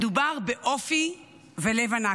מדובר באופי ולב ענק.